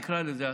נקרא לזה,